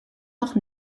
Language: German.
noch